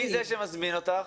מי זה שמזמין אותך?